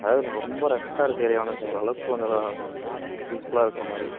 அதாவது ரொம்ப ரஷ்ஷாக இருக்க ஏரியா வேணாம் சார் ஒரளவுக்கு கொஞ்சம் பீஸ்ஃபுல்லாக இருக்க மாதிரி